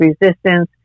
resistance